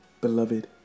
Beloved